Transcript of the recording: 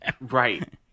Right